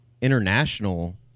international